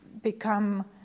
become